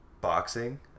boxing